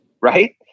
Right